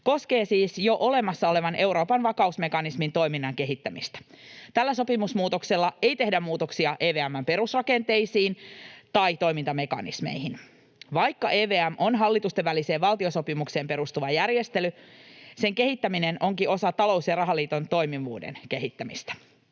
koskee siis jo olemassa olevan Euroopan vakausmekanismin toiminnan kehittämistä. Tällä sopimusmuutoksella ei tehdä muutoksia EVM:n perusrakenteisiin tai toimintamekanismeihin. Vaikka EVM on hallitusten väliseen valtiosopimukseen perustuva järjestely, sen kehittäminen onkin osa talous- ja rahaliiton toimivuuden kehittämistä.